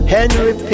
Henry